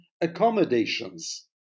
accommodations